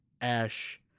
Ash